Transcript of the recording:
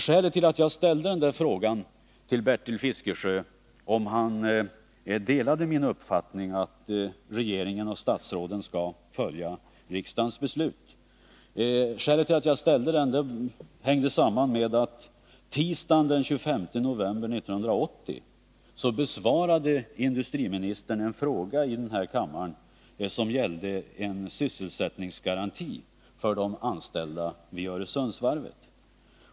Skälet till att jag ställde frågan till Bertil Fiskesjö, om han delade min uppfattning att regeringen och statsråden skall följa riksdagens beslut, hängde samman med att industriministern tisdagen den 25 november 1980 i den här kammaren besvarade en fråga, som gällde en sysselsättningsgaranti för de anställda vid Öresundsvarvet.